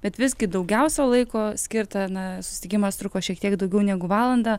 bet visgi daugiausiai laiko skirta na susitikimas truko šiek tiek daugiau negu valandą